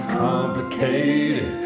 complicated